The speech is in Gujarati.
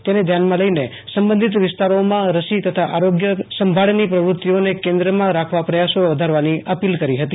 તેને ધ્યાનમાં લઈને સંબંધિત વિસ્તારોમાં રસી તથા આરોગ્ય સંભાળની પ્રવૃતિઓને કેન્દ્રમાં રાખવા પ્રયાસો વધારવાની અપીલ કરી હતી